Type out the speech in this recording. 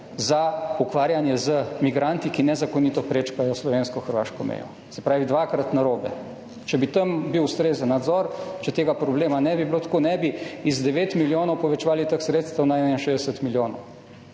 za ukvarjanje z migranti, ki nezakonito prečkajo slovensko-hrvaško mejo. Se pravi dvakrat narobe. Če bi tam bil ustrezen nadzor, če tega problema ne bi bilo, ne bi z 9 milijonov povečevali teh sredstev na 61 milijonov.